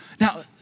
Now